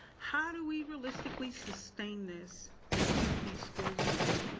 how do we realistically sustain this and keep these schools going?